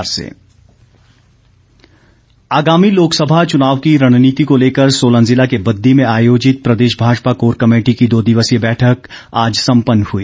भाजपा बैठक आगामी लोकसभा चुनाव की रणनीति को लेकर सोलन जिला के बददी में आयोजित प्रदेश भाजपा कोर कमेटी की दो दिवसीय बैठक आज संपन्न हुई